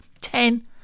Ten